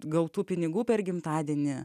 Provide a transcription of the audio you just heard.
gautų pinigų per gimtadienį